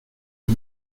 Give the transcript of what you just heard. hur